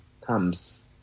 comes